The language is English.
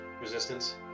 Resistance